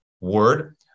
word